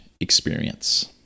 experience